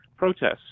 Protests